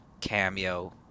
cameo